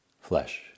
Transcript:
flesh